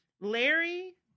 Larry